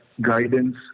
guidance